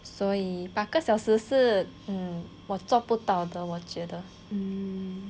所以八个小时是我做不到的我觉得